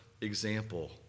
example